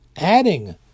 adding